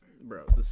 bro